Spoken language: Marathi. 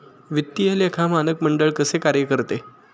वित्तीय लेखा मानक मंडळ कसे कार्य करते?